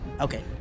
Okay